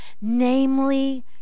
Namely